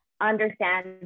understand